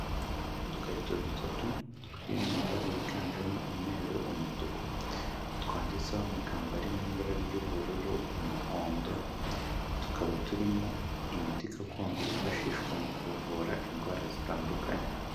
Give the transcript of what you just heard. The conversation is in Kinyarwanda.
Udukarito dutatu turi mu mabara yiganjemo umweru, umutuku, twanditseho amagambo ari mu ibara ry'ubururu, umuhondo tukaba turimo imiti gakondo yifashishwa mu kuvura indwara zitandukanye.